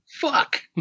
Fuck